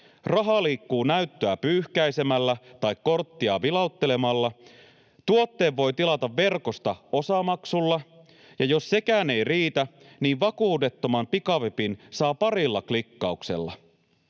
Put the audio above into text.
raha liikkuu näyttöä pyyhkäisemällä tai korttia vilauttelemalla, tuotteen voi tilata verkosta osamaksulla, ja jos sekään ei riitä, niin vakuudettoman pikavipin saa parilla klikkauksella.